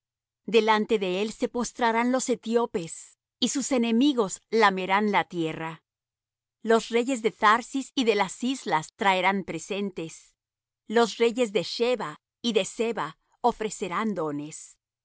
delante de él se postrarán los etiopes y sus enemigos lamerán la tierra los reyes de tharsis y de las islas traerán presentes los reyes de sheba y de seba ofrecerán dones y